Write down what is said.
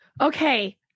Okay